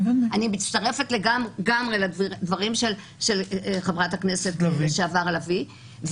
אני מצטרפת לגמרי לדברים של חברת הכנסת לשעבר לביא,